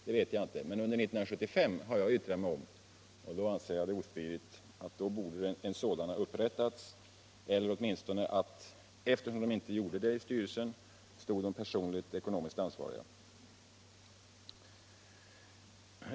Jag har yttrat mig om 1975, och då anser jag det ostridigt att en sådan borde ha upprättats eller åtminstone att styrelsen, eftersom likvidationsbalansräkning inte lingsaktiebolaget, upprättades, stod personligt ekonomiskt ansvarig.